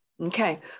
Okay